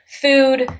food